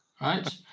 Right